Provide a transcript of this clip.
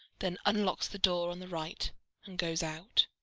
then unlocks the door on the right and goes out.